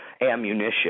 ammunition